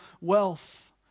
wealth